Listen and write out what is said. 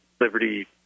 Liberty